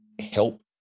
help